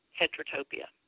heterotopia